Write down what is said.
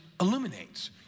illuminates